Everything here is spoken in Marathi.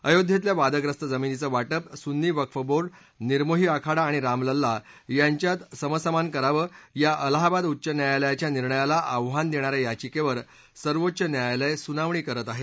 अयोध्येतल्या वादग्रस्त जमिनीचं वाटप सुन्नी वक्फ बोर्ड निर्मोही आखाडा आणि राम लल्ला यांच्यात समसमान करावं या अलाहाबाद उच्च न्यायालयाच्या निर्णयाला आव्हान देणाऱ्या याचिकेवर सर्वोच्च न्यायालय सुनावणी करत आहे